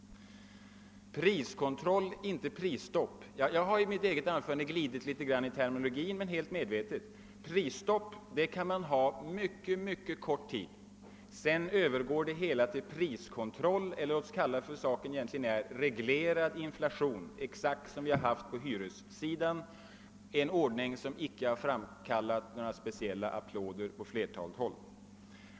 »Priskontroll och inte prisstopp» — ja, jag har i mitt anförande glidit litet i terminologin, men helt medvetet. Prisstopp kan man bara ha under en kort tid; sedan övergår det till priskontroll, eller låt oss kalla det för vad det egentligen är: reglerad inflation, exakt som vi haft på hyressidan, en ordning som inte har framkallat några speciella applåder på flertalet håll.